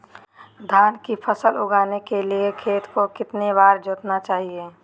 धान की फसल उगाने के लिए खेत को कितने बार जोतना चाइए?